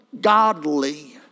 godly